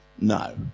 No